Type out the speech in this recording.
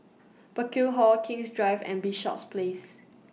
Burkill Hall King's Drive and Bishops Place